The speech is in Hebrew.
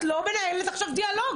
את לא מנהלת עכשיו דיאלוג.